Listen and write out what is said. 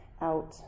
out